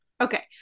Okay